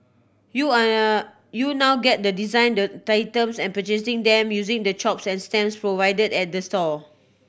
you you now get the design the items and purchasing them using the chops and stamps provided at the store